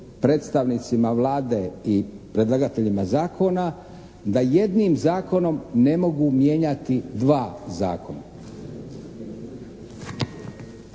predstavnicima Vlade i predlagateljima zakona, da jednim zakonom ne mogu mijenjati dva zakona.